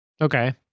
okay